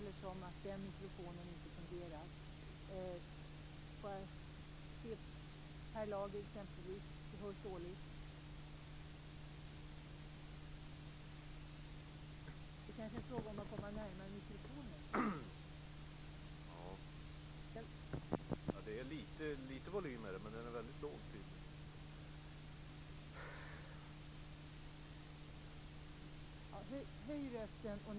Det här illustrerar att det inte är så enkelt.